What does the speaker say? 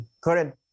current